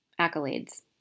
accolades